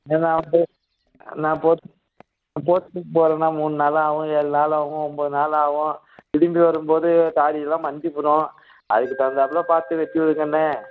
அண்ணே நான் வந்து நான் போர்ட் போர்ட்டுக்கு போகிறன்னா மூணு நாள் ஆகும் ஏழு நாள் ஆகும் ஒன்போது நாள் ஆகும் திரும்பி வரும் போது தாடியெல்லாம் மண்டிப்புடும் அதுக்குத் தகுந்தாற்ப்புல பார்த்து வெட்டி விடுங்கண்ணே